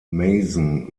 mason